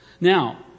Now